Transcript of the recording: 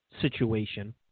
situation